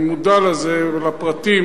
אני מודע לזה ולפרטים,